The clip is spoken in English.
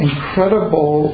incredible